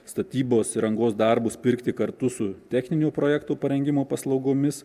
statybos rangos darbus pirkti kartu su techninių projektų parengimo paslaugomis